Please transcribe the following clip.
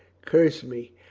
curse me,